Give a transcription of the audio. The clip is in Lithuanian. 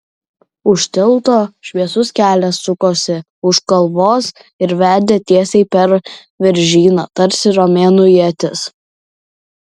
už tilto šviesus kelias sukosi už kalvos ir vedė tiesiai per viržyną tarsi romėnų ietis